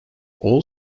all